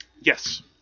Yes